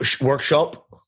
workshop